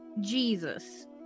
Jesus